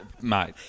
mate